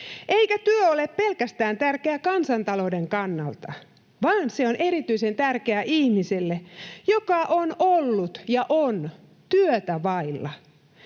Eikä työ ole tärkeä pelkästään kansantalouden kannalta, vaan se on erityisen tärkeää ihmiselle, joka on ollut ja on työtä vailla.